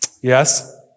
Yes